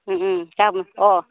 गाबोन अ